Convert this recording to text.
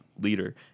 leader